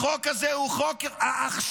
החוק הזה הוא חוק ההחשכה.